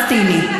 הפלסטיני.